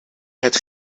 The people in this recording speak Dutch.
het